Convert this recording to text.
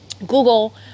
Google